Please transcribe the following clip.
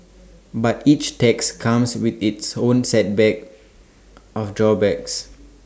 but each tax comes with its own set back of drawbacks